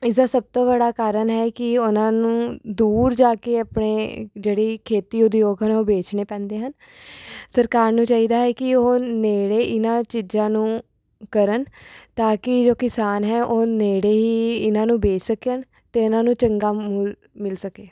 ਇਸ ਦਾ ਸਭ ਤੋਂ ਬੜਾ ਕਾਰਨ ਹੈ ਕਿ ਉਨ੍ਹਾਂ ਨੂੰ ਦੂਰ ਜਾ ਕੇ ਆਪਣੇ ਜਿਹੜੇ ਖੇਤੀ ਉਦਯੋਗ ਹਨ ਉਹ ਵੇਚਣੇ ਪੈਂਦੇ ਹਨ ਸਰਕਾਰ ਨੂੰ ਚਾਹੀਦਾ ਹੈ ਕਿ ਉਹ ਨੇੜੇ ਇਨ੍ਹਾਂ ਚੀਜ਼ਾਂ ਨੂੰ ਕਰਨ ਤਾਂ ਕਿ ਜੋ ਕਿਸਾਨ ਹੈ ਉਹ ਨੇੜੇ ਹੀ ਇਨ੍ਹਾਂ ਨੂੰ ਵੇਚ ਸਕਣ ਅਤੇ ਉਨ੍ਹਾਂ ਨੂੰ ਚੰਗਾ ਮੁੱਲ ਮਿਲ ਸਕੇ